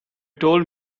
told